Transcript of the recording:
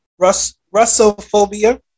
Russophobia